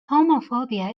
homophobia